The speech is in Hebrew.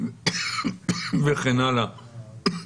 וכן הלאה.